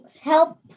help